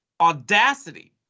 audacity